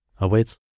awaits